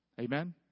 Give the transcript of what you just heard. Amen